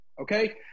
okay